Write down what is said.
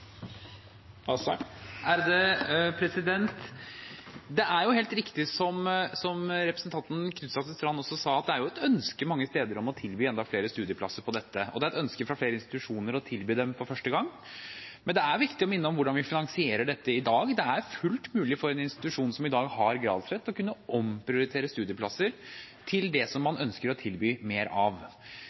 et ønske mange steder om å tilby enda flere studieplasser på dette, og det er et ønske fra flere institusjoner å tilby dem for første gang. Men det er viktig å minne om hvordan vi finansierer dette i dag. Det er fullt mulig for en institusjon som i dag har gradsrett, å omprioritere studieplasser til det man ønsker å tilby mer av.